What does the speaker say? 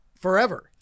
forever